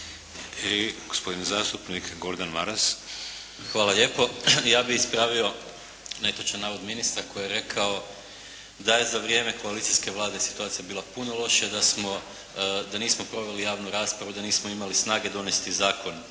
I gospodin zastupnik Gordan Maras. **Maras, Gordan (SDP)** Hvala lijepo. Ja bih ispravio netočan navod ministra koji je rekao da za vrijeme koalicijske vlade situacija je bila puno lošija, da smo, da nismo proveli javnu raspravu, da nismo imali snage donesti Zakon